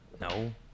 No